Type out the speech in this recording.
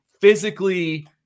physically